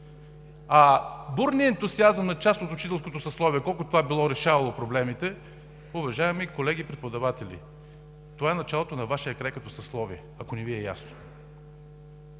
Бурният ентусиазъм на част от учителското съсловие колко това било решавало проблемите, уважаеми колеги преподаватели, това е началото на Вашия край като съсловие, ако не Ви е ясно.